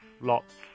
Lots